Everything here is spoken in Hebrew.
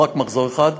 לא רק מחזור אחד,